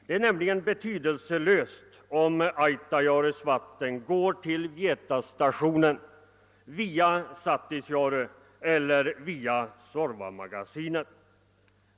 Det är nämligen betydelselöst huruvida Autajaures vatten går till Vietasstationen via Satisjaure eller via Suorvamagasinet.